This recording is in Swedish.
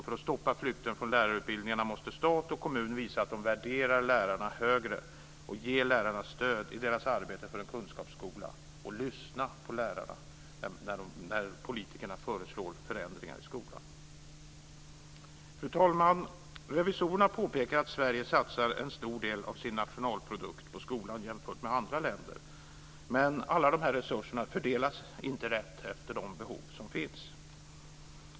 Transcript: För att stoppa flykten från lärarutbildningarna måste stat och kommun visa att de värderar lärarna högre och ger lärarna stöd i deras arbete för en kunskapsskola. Det gäller att lyssna på lärarna när politikerna föreslår förändringar i skolan. Fru talman! Revisorerna påpekar att Sverige satsar en stor del av sin nationalprodukt på skolan jämfört med andra länder. Men alla de här resurserna fördelas inte rätt efter de behov som finns.